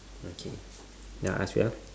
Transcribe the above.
okay now I ask you ah